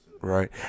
Right